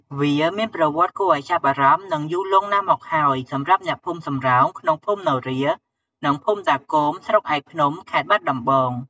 វាមានប្រវត្តិគួរឱ្យចាប់អារម្មណ៍ និងយូរលង់ណាស់មកហើយ សម្រាប់អ្នកភូមិសំរោងក្នុង ភូមិនរា និងភូមិតាគោម ស្រុកឯកភ្នំ ខេត្តបាត់ដំបង។